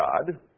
God